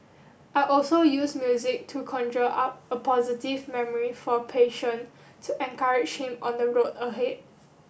I also use music to conjure up a positive memory for a patient to encourage him on the road ahead